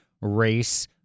race